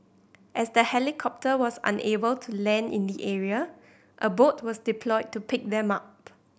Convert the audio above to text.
as the helicopter was unable to land in the area a boat was deployed to pick them up